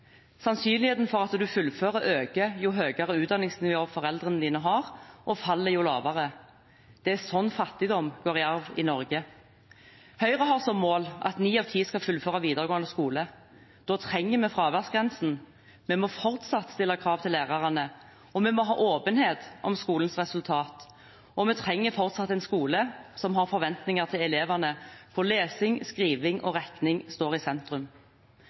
Sannsynligheten for at du fullfører, øker jo høyere utdanningsnivå foreldrene dine har, og faller jo lavere. Det er sånn fattigdom går i arv i Norge. Høyre har som mål at ni av ti skal fullføre videregående skole. Da trenger vi fraværsgrensen. Vi må fortsatt stille krav til lærerne, og vi må ha åpenhet om skolens resultater. Og vi trenger fortsatt en skole som har forventninger til elevene, hvor lesing, skriving og regning står i sentrum.